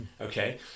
okay